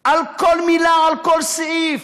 על כל מילה, על כל סעיף.